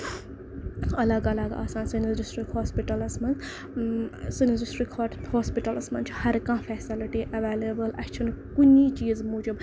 الگ الگ آسان سٲنِس ڈِسٹٹرک ہوسپِٹلَس منٛز سٲنِس ڈِسٹرک ہوسپِٹلَس منٛز چھُ ہر کانہہ فیسَلٹی ایویلیبٔل اَسہِ چھُنہٕ کُنہِ چیٖزٕ موٗجوٗب